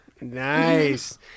Nice